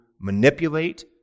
manipulate